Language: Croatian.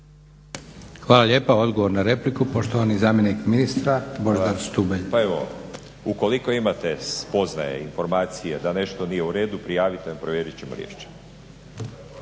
Hvala lijepa. Odgovor na repliku, poštovani zamjenik ministra Božidar Štubelj. **Štubelj, Božidar** Pa evo, ukoliko imate spoznaje, informacije da nešto nije u redu, prijavite, provjerit ćemo, riješit